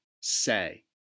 say